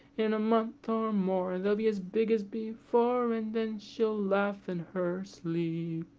in a month or more, they'll be as big as before, and then she'll laugh in her sleep.